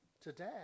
Today